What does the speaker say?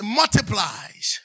multiplies